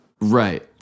Right